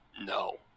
No